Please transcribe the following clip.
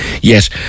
Yes